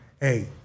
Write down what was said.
Hey